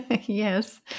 Yes